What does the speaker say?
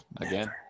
Again